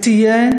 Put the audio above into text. ותהיה,